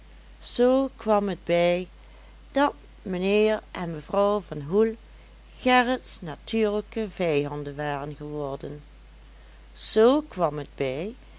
zoo kwam het bij dat mijnheer en mevrouw van hoel gerrits natuurlijke vijanden waren geworden zoo kwam het bij